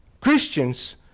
Christians